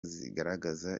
zigaragaza